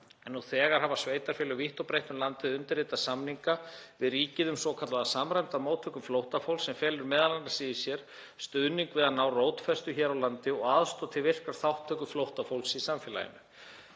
en nú þegar hafa sveitarfélög vítt og breitt um landið undirritað samninga við ríkið um svokallaða samræmda móttöku flóttafólks sem felur m.a. í sér stuðning við að ná rótfestu hér á landi og aðstoð til virkrar þátttöku flóttafólks í samfélaginu.